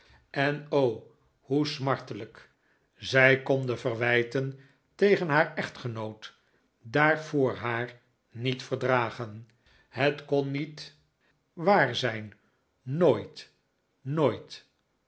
en o hoe smartelijk zij kon de verwijten tegen haar echtgenoot daar voor haar niet verdragen het kon niet waar zijn nooit nooit